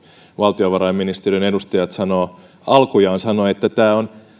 valtiovarainministeriön edustajat alkujaan sanoivat että nämä